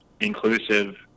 inclusive